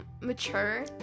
Mature